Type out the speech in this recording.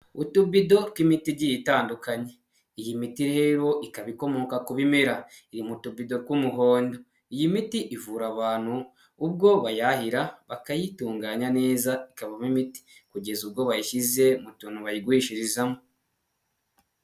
Utubido tw'imiti igiye itandukanye, iyi miti rero ikaba ikomoka ku bimera, iri moto bido tw'umuhondo, iyi miti ivura abantu ubwo bayahira bakayitunganya neza, ikavamo imiti kugeza ubwo bayishyize mu tuntu bayigurishirizamo.